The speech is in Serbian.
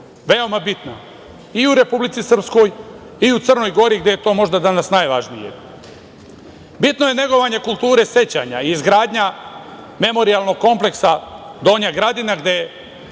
veoma je bitna i u Republici Srpskoj i u Crnoj Gori gde je to možda danas najvažnije. Bitno je negovanje kulture sećanja, izgradnja memorijalnog kompleksa "Donja Gradina" gde